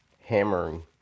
hammering